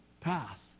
path